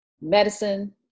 medicine